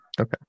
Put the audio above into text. Okay